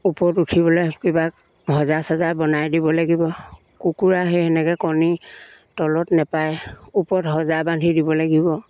ওপৰত উঠিবলে কিবা সজা চজা বনাই দিব লাগিব কুকুৰা সেই সেনেকে কণী তলত নেপাৰে ওপৰত সজা বান্ধি দিব লাগিব